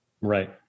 Right